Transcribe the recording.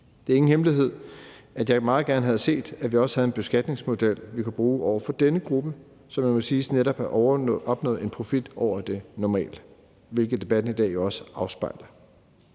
Det er ingen hemmelighed, at jeg meget gerne havde set, at vi også havde en beskatningsmodel, vi kunne bruge over for denne gruppe, som jo må siges netop at have opnået en profit over det normale, hvilket debatten i dag også afspejler.